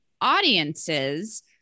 audiences